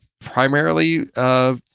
Primarily